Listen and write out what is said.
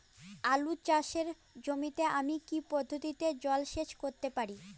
আলু চাষে জমিতে আমি কী পদ্ধতিতে জলসেচ করতে পারি?